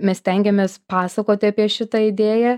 mes stengiamės pasakoti apie šitą idėją